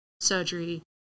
surgery